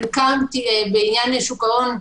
חלקם בעניין שוק ההון,